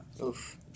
Oof